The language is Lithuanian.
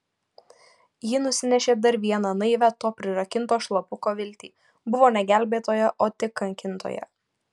ji nusinešė dar vieną naivią to prirakinto šlapuko viltį buvo ne gelbėtoja o tik kankintoja